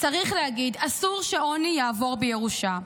צריך להגיד, אסור שעוני יעבור בירושה.